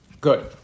good